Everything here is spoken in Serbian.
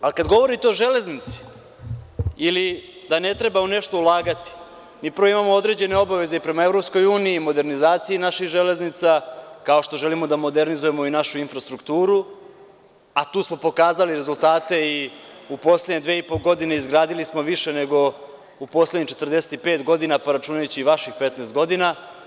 Kada govorite o železnici ili da ne treba u nešto ulagati, mi prvo imamo i određene obaveze i prema EU i modernizaciji naših železnica, kao što želimo da modernizujemo našu infrastrukturu, a tu smo pokazali rezultate i u poslednje dve i po godine izgradili smo više nego u poslednjih 45 godina, računajući i vaših 15 godina.